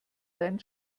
seinen